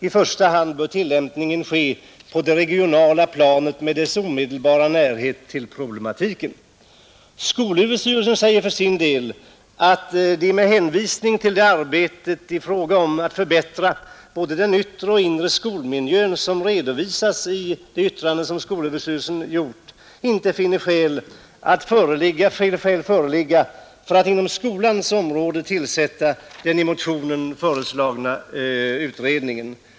I första hand bör tillämpningen ske på det regionala planet med dess omedelbara närhet till problematiken.” Skolöverstyrelsen anför att den med hänvisning till arbetet i fråga om att förbättra både den yttre och den inre skolmiljön som redovisas i det yttrande som skolöverstyrelsen har avgivit inte finner skäl föreligga för att inom skolans område tillsätta den i motionen föreslagna utredningen.